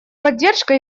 поддержка